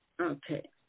Okay